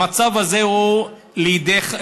המצב הזה הוא בידיך.